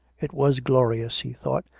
it was glorious, he thought,